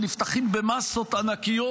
שנפתחים במאסות ענקיות,